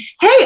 Hey